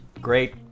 Great